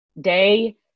day